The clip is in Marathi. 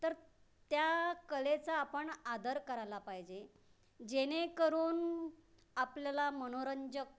तर त्या कलेचा आपण आदर करायला पाहिजे जेणे करून आपल्याला मनोरंजक